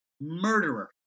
murderer